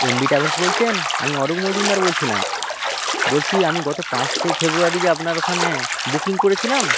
MB travels বলছেন আমি অরূপ মজুমদার বলছিলাম বলছি আমি গত পাঁচই ফেব্রুয়ারি যে আপনার ওখানে বুকিং করেছিলাম